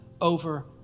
over